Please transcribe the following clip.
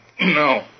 No